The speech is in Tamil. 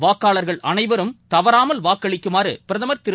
வாக்காளர்கள் அனைவரும் தவறாமல் வாக்களிக்குமாறபிரதமர் திரு